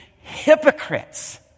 hypocrites